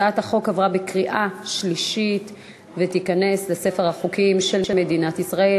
הצעת החוק עברה בקריאה שלישית ותיכנס לספר החוקים של מדינת ישראל.